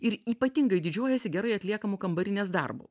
ir ypatingai didžiuojasi gerai atliekamu kambarinės darbu